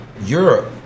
Europe